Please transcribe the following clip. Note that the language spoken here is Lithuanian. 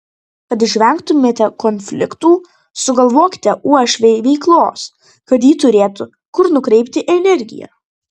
kad išvengtumėte konfliktų sugalvokite uošvei veiklos kad ji turėtų kur nukreipti energiją